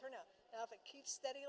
turnout keep steady